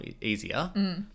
easier